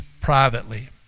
privately